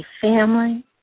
family